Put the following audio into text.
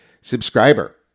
subscriber